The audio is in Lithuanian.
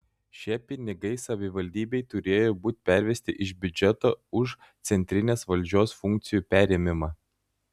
šie pinigai savivaldybei turėjo būti pervesti iš biudžeto už centrinės valdžios funkcijų perėmimą